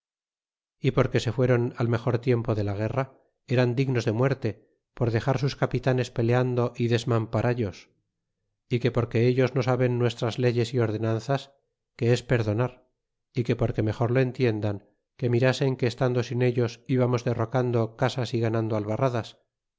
y porque se fueron al mejor tiempo de la guerra eran dignos de muerte por dexar sus capitanes peleando y desmamparallos é que porque ellos no saben nuestras leyes y ordenanzas crie es perdonar é que porque mejor lo entiendan que mirasen que estando sin ellos íbamos derrocando casas y ganando albarradas